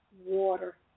water